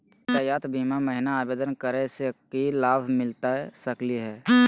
यातायात बीमा महिना आवेदन करै स की लाभ मिलता सकली हे?